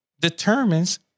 determines